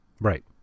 Right